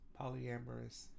polyamorous